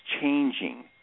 changing